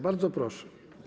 Bardzo proszę.